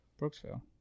Brooksville